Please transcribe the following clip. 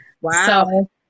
wow